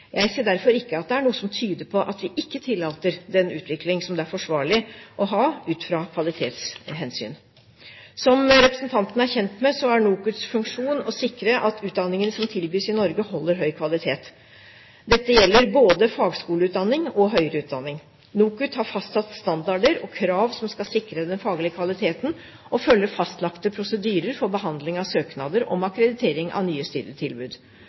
Jeg ser derfor ikke at det er noe som tyder på at vi ikke tillater den utvikling som det er forsvarlig å ha ut fra et kvalitetshensyn. Som representanten er kjent med, er NOKUTs funksjon å sikre at utdanningene som tilbys i Norge, holder høy kvalitet. Dette gjelder både fagskoleutdanning og høyere utdanning. NOKUT har fastsatt standarder og krav som skal sikre den faglige kvaliteten, og følger fastlagte prosedyrer for behandling av søknader om akkreditering av nye